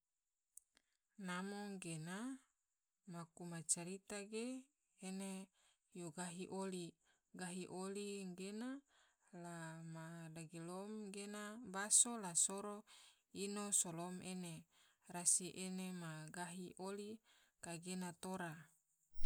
Namo gena, maku macarita se ene yo gahi oli, gahi oli gena la ma dagilom ge baso la soro ino solom ene rasi ene ma gahi oli kagena tora.